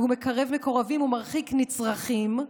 והוא מקרב מקורבים ומרחיק נצרכים,